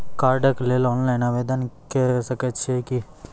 कार्डक लेल ऑनलाइन आवेदन के सकै छियै की?